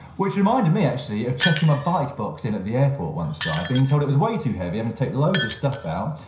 which reminded me actually of checking my bike box in at the airport once. so i'd been told it was way too heavy, i must take loads of stuff out,